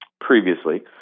previously